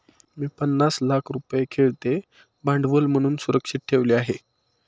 मी पन्नास लाख रुपये खेळते भांडवल म्हणून सुरक्षित ठेवले आहेत